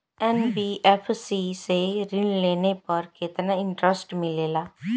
NBFC से ऋण लेने पर केतना इंटरेस्ट मिलेला?